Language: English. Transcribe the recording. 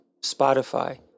Spotify